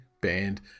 Banned